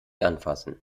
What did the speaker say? anfassen